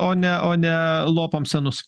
o ne o ne lopom senus